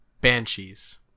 banshees